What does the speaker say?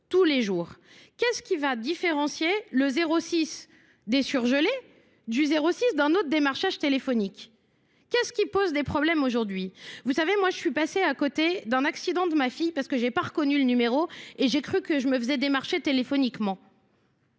tous les jours, qu'est-ce qui va différencier le 06 des surgelés du 06 d'un autre démarchage téléphonique ? Qu'est-ce qui pose des problèmes aujourd'hui ? Vous savez moi je suis passée à côté d'un accident de ma fille parce que j'ai pas reconnu le numéro et j'ai cru que je me faisais démarcher téléphoniquement.